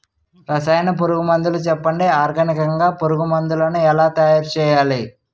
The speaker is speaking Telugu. రసాయన పురుగు మందులు చెప్పండి? ఆర్గనికంగ పురుగు మందులను ఎలా తయారు చేయాలి?